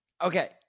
Okay